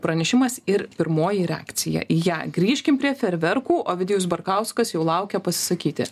pranešimas ir pirmoji reakcija į ją grįžkim prie fejerverkų ovidijus barkauskas jau laukia pasisakyti